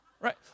Right